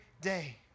day